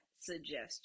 suggestion